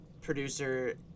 producer